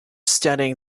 studying